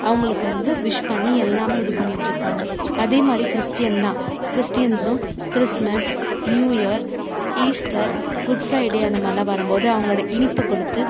அவங்களுக்கு வந்து விஷ் பண்ணி எல்லாமே இது பண்ணிட்டுருக்காங்க அதே மாதிரி கிறிஸ்டீன் தான் கிறிஸ்டின்ஸும் Christmas New Year Easter Good Friday அந்த மாதிரிலாம் வரும் போது அவங்களோடய இனிப்பு கொடுத்து